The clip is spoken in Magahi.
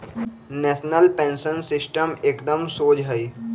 नेशनल पेंशन सिस्टम एकदम शोझ हइ